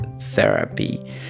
therapy